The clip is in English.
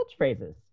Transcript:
catchphrases